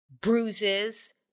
bruises